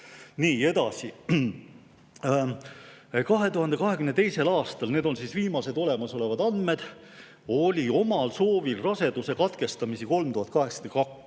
Nii, edasi. 2022. aastal – need on viimased olemasolevad andmed – oli omal soovil raseduse katkestamisi 3282,